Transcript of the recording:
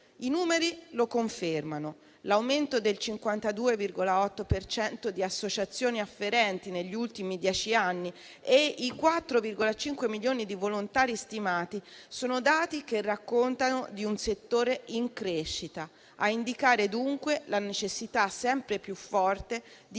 I numeri lo confermano: l'aumento del 52,8 per cento di associazioni afferenti negli ultimi dieci anni e i 4,5 milioni di volontari stimati sono dati che raccontano di un settore in crescita, a indicare, dunque, la necessità sempre più forte di